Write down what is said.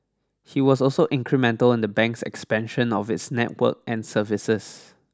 he was also incremental in the bank's expansion of its network and services